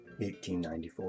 1894